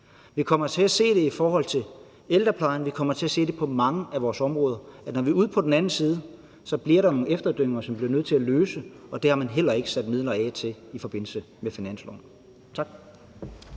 vi kommer til at se det i forhold til ældreplejen, vi kommer til at se det på mange af vores områder, altså at der, når vi er ude på den anden side, så bliver nogle efterdønninger, som vi bliver nødt til at løse, og det har man heller ikke sat midler af til i forbindelse med finansloven. Tak.